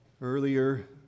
earlier